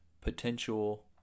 potential